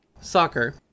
soccer